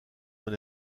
dans